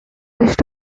rest